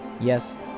Yes